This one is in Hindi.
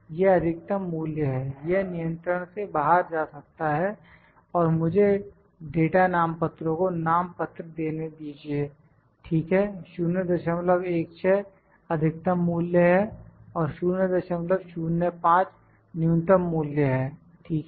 यह अधिकतम मूल्य है यह नियंत्रण से बाहर जा सकता है और मुझे डाटा नाम पत्रों को नाम पत्र देने दीजिए ठीक है 016 अधिकतम मूल्य है और 005 न्यूनतम मूल्य है ठीक है